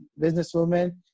businesswoman